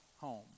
home